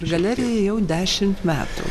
galerijai jau dešimt metų